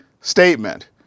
statement